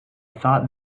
thought